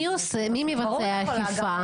מי מבצע אכיפה?